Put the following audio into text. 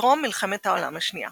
טרום מלחמת העולם השנייה